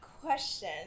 question